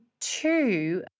two